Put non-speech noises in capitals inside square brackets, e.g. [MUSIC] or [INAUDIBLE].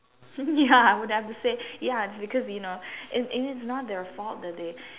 [LAUGHS] ya I would have to say ya it's because you know it and it's not their fault that they